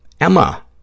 Emma